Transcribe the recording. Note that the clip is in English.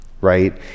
right